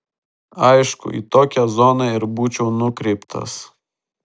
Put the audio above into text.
aišku į tokią zoną ir būčiau nukreiptas